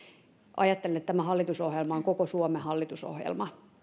ajattelen että tämä hallitusohjelma on koko suomen hallitusohjelma se